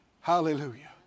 hallelujah